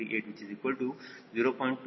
929 etrim 0